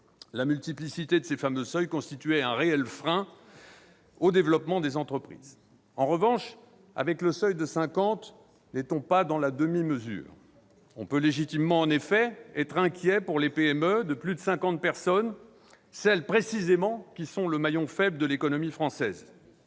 La multiplicité de ces fameux seuils constituait un réel frein au développement des entreprises. En revanche, avec le seuil de 50 salariés, n'est-on pas dans la demi-mesure ? En effet, on peut légitimement être inquiet pour les PME de plus de 50 personnes, celles, précisément, qui sont le maillon faible de l'économie française.